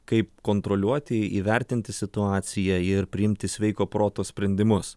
kaip kontroliuoti įvertinti situaciją ir priimti sveiko proto sprendimus